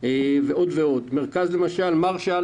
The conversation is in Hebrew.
למשל מרש"ל,